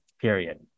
period